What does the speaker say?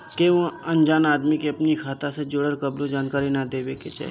केहू अनजान आदमी के अपनी खाता से जुड़ल कवनो जानकारी ना देवे के चाही